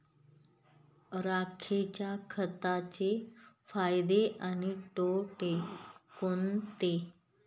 राखेच्या खताचे फायदे आणि तोटे कोणते?